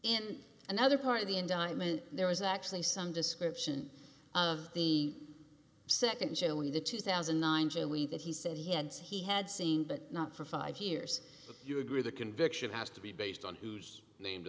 in another part of the indictment there was actually some description of the nd showing the two thousand and nine joey that he said he had he had seen but not for five years you agree the conviction has to be based on